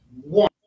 one